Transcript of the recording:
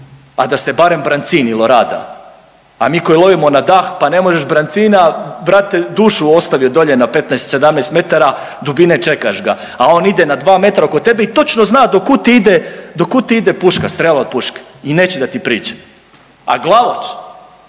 a da ste barem brancin il orada, a mi koji lovimo na dah pa ne možeš brancina brate dušu ostavio dolje na 15, 17 m dubine čekaš ga, a on ide na 2 m oko tebe i točno zna do kud ti ide puška, strela od puške i neće da ti priđe. A glavač